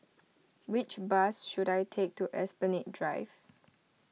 which bus should I take to Esplanade Drive